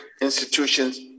institutions